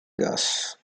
gas